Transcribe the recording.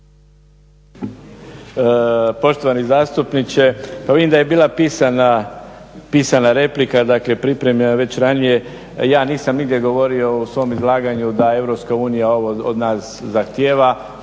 Poštovani zastupniče, pa vidim da je bila pisana replika, dakle pripremljena već ranije. Ja nisam nigdje govorio u svom izlaganju da EU ovo od nas zahtjeva.